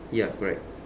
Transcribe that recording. ya correct